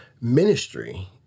ministry